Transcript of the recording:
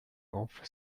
off